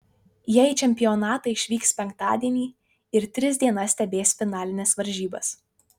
jie į čempionatą išvyks penktadienį ir tris dienas stebės finalines varžybas